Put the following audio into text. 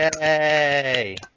Yay